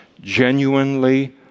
genuinely